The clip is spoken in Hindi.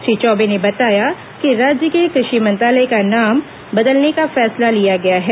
श्री चौबे ने बताया कि राज्य के कृषि मंत्रालय का नाम बदलने का फैसला लिया गया है